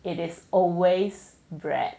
it is always bread